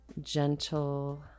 gentle